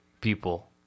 people